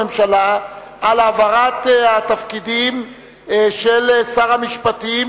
הממשלה על העברת התפקידים של שר המשפטים